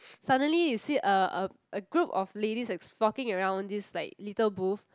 suddenly you see a a a group of ladies that stalking around this like little booth